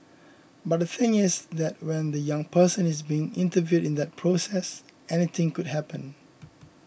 but the thing is that when the young person is being interviewed in that process anything could happen